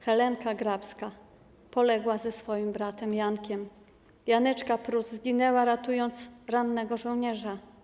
Helenka Grabska poległa ze swoim bratem Jankiem, Janeczka Prus zginęła, ratując rannego żołnierza.